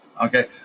okay